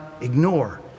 ignore